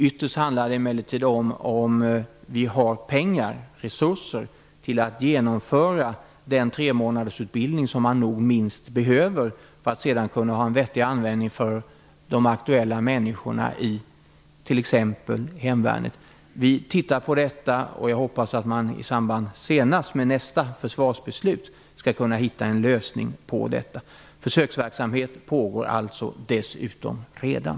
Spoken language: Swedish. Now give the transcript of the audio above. Ytterst handlar det om huruvida det finns pengar och re surser för att genomföra den tremånadersutbild ning som behövs för att sedan kunna få en vettig användning av människorna i t.ex. hemvärnet. Jag hoppas att det senast i samband med nästa försvarsbeslut skall finnas en lösning på frågan. Försöksverksamhet pågår dessutom redan.